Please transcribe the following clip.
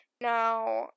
Now